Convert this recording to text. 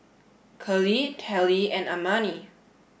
Curley Tallie and Amani